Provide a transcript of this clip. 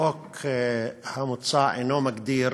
החוק המוצע אינו מגדיר